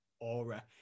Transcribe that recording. aura